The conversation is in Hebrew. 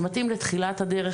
זה מתאים לתחילת הדרך,